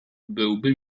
byłby